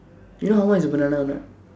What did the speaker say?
you know how much is a banana or not